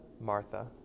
Martha